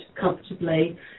comfortably